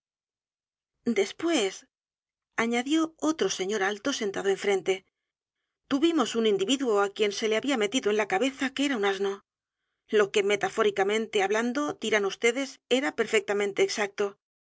después añadió otro señor alto sentado enfrente tuvimos un individuo á quien se le había metido en la cabeza que era un asno lo que metafóricamente hablando dirán yds era perfectamente exacto